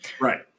Right